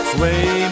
Sway